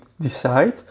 decide